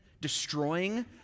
destroying